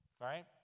right